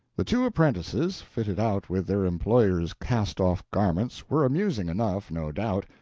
the two apprentices, fitted out with their employer's cast-off garments, were amusing enough, no doubt.